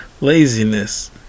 Laziness